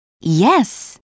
Yes